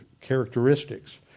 characteristics